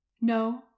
No